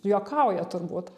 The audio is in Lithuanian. juokaujat turbūt